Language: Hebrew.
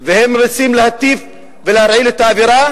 והם רוצים להטיף ולהרעיל את האווירה,